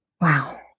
Wow